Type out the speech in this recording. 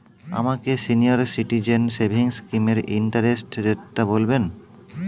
আমাকে senior citizen savings স্কিমের interest রেটটা বলবেন